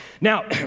Now